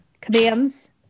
commands